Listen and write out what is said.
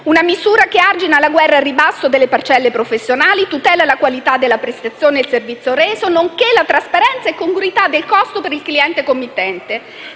Una misura che argina la guerra al ribasso delle parcelle professionali, tutela la qualità della prestazione del servizio reso, nonché la trasparenza e la congruità del costo per il cliente committente.